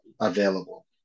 available